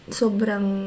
sobrang